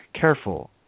Careful